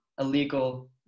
illegal